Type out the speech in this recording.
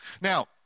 Now